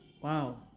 Wow